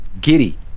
Giddy